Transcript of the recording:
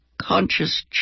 conscious